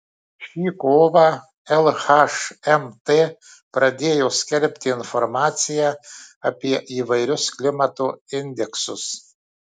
šį kovą lhmt pradėjo skelbti informaciją apie įvairius klimato indeksus